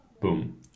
Boom